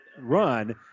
run